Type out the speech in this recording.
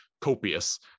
copious